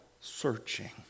searching